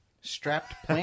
strapped